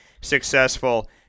successful